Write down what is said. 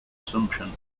assumption